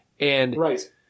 Right